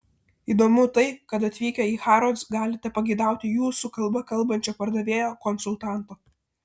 įdomu tai kad atvykę į harrods galite pageidauti jūsų kalba kalbančio pardavėjo konsultanto